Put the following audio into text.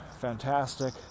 fantastic